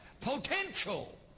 potential